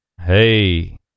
Hey